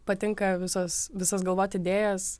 patinka visos visas galvot idėjas